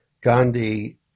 Gandhi